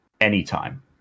anytime